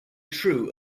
true